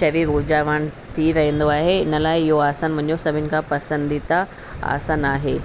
शरीर ऊर्जावान थी वेंदो आहे हिन लाइ इहो आसन मुंहिंजो सभिनीन खां पसंदीदा आसन आहे